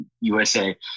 USA